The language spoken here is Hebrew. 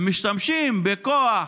הם משתמשים בכוח